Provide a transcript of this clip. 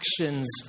actions